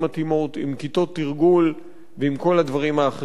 עם כיתות תרגול ועם כל הדברים האחרים הנדרשים.